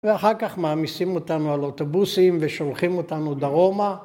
‫ואחר כך מאמיסים אותנו על אוטובוסים ‫ושולחים אותנו דרומה.